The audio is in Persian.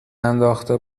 انداخته